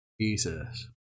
Jesus